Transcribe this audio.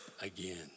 again